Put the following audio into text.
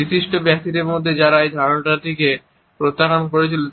বিশিষ্ট ব্যক্তিদের মধ্যে যারা এই ধারণাটি প্রত্যাখ্যান করেছিলেন